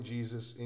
Jesus